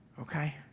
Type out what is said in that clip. Okay